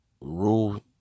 Rule